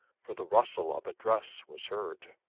for the rustle of a dress was heard.